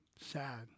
Sad